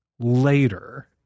later